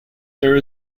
there